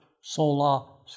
sola